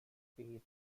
speed